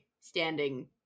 standing